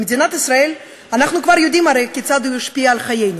במדינת ישראל אנחנו כבר יודעים הרי כיצד הוא ישפיע על חיינו: